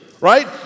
right